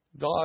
God